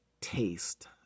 taste